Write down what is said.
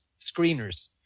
screeners